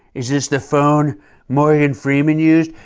is this the phone morgan freeman used?